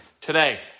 Today